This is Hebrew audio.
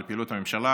על פעילות הממשלה,